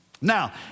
Now